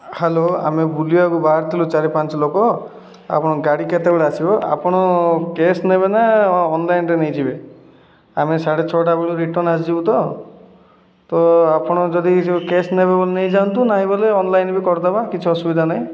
hello ଆମେ ବୁଲିବାକୁ ବାହାରିଥିଲୁ ଚାରି ପାଞ୍ଚ ଲୋକ ଆପଣ ଗାଡ଼ି କେତେବେଳେ ଆସିବ ଆପଣ କ୍ୟାସ୍ ନେବେ ନା ଅନ୍ଲାଇନ୍ରେ ନେଇଯିବେ ଆମେ ସାଢ଼େ ଛଅଟା ବେଳୁ ରିଟର୍ଣ୍ଣ ଆସିଯିବୁ ତ ତ ଆପଣ ଯଦି କ୍ୟାସ୍ ନେବେ ବୋଲେ ନେଇ ଯାଆନ୍ତୁ ନାହିଁ ବୋଇଲେ ଅନ୍ଲାଇନ୍ ବି କରିଦେବା କିଛି ଅସୁବିଧା ନାହିଁ